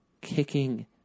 kicking